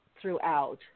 throughout